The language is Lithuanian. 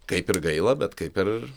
kaip ir gaila bet kaip ir